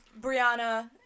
Brianna